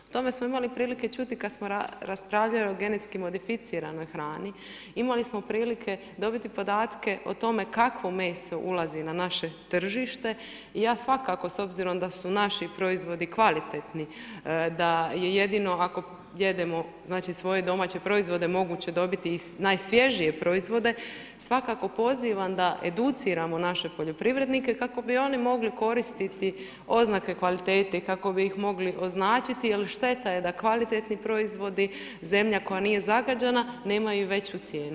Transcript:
O tome smo imali prilike čuti kada smo raspravljali o GMO-u, imali smo prilike dobiti podatke o tome kakvo meso ulazi na naše tržište i ja svakako s obzirom da su naši proizvodi kvalitetni, da je jedino ako jedemo svoje domaće proizvode moguće dobiti najsvježije proizvode, svakako pozivam da educiramo naše poljoprivrednike kako bi oni mogli koristiti oznake kvalitete i kako bih ih mogli označiti jel šteta je da kvalitetni proizvodi, zemlja koja nije zagađena nemaju veću cijenu.